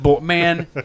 man